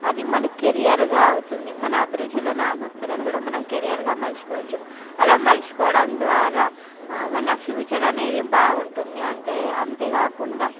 అది మన కెరియర్గా అవుతుంది మన అభిరుచులని మన ఆశక్తులనీ కూడా మనం కెరియర్గా మలుచుకోవచ్చు అలా మలుచుకోవడం ద్వార మన ఫ్యూచర్ అనేది బాగుంటుంది అంతే అంతే కాకుండా